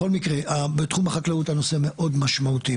בכל מקרה בתחום החקלאות הנושא מאוד משמעותי,